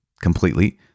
completely